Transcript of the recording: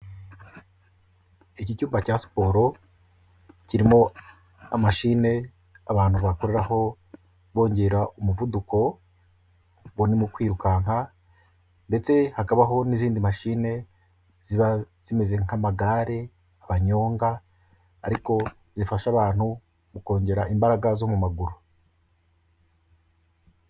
Iki cyumba cya siporo kirimo imashine abantu bakoreraraho bongera umuvuduko barimo kwirukanka ndetse hakabaho n'izindi mashine ziba zimeze nk'amagare banyonga ariko zifasha abantu mu kongera imbaraga zo mu maguru.